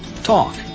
Talk